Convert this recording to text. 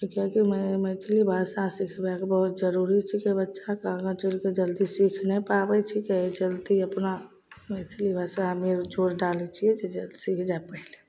ई किएकी मै मैथिली भाषा सिखबैके बहुत जरूरी छिकै बच्चाके आगाँ चलिके जल्दी सीख नहि पाबैत छिकै ओहि चलते अपना मैथिली भषामे जोर डालैत छियै जे सीख जाएत पहिले